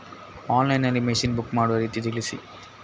Online ನಲ್ಲಿ machine book ಮಾಡುವ ರೀತಿ ತಿಳಿಸಿ?